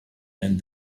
and